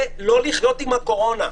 זה לא לחיות עם הקורונה,